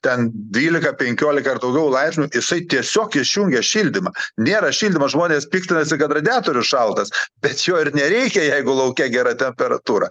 ten dvylika penkiolika ar daugiau laipsnių jisai tiesiog išjungia šildymą nėra šildymo žmonės piktinasi kad radiatorius šaltas bet jo ir nereikia jeigu lauke gera temperatūra